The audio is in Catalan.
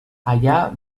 allà